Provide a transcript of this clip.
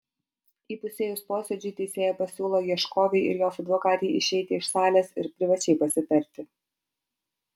įpusėjus posėdžiui teisėja pasiūlo ieškovei ir jos advokatei išeiti iš salės ir privačiai pasitarti